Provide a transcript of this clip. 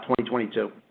2022